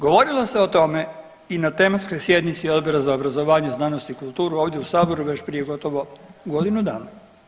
Govorilo se o tome i na tematskoj sjednici Odbora za obrazovanje, znanost i kulturu ovdje u Saboru već prije gotovo godinu dana.